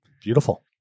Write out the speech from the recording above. Beautiful